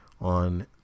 on